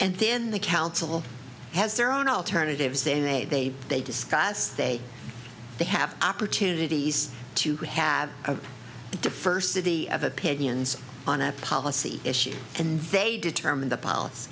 and then the council has their own alternatives they may they they discuss they they have opportunities to have a diversity of opinions on a policy issue and they determine the pilots